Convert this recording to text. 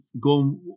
go